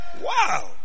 wow